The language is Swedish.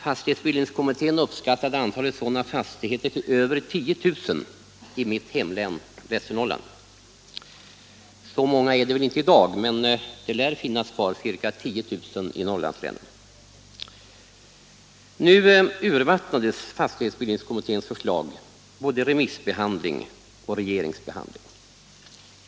Fastighetsbildningskommittén uppskattade antalet sådana fastigheter till över 10 000 i mitt hemlän Västernorrland. Så många är det väl inte i dag, men det lär finnas kvar ca 10000 i Norrlandslänen. Nu urvattnades fastighetsbildningskommitténs förslag vid både remissbehandling och regeringsbehandling.